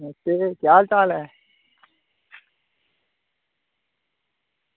नमस्ते केह् हाल चाल ऐ